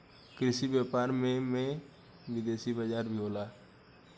कृषि व्यापार में में विदेशी बाजार भी होला